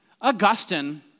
Augustine